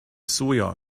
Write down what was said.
soja